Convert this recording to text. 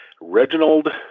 reginald